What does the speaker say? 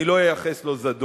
אני לא אייחס לו זדון,